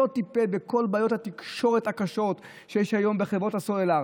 הוא לא טיפל בכל בעיות התקשורת הקשות שיש היום בחברות הסלולר,